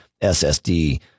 SSD